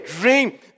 dream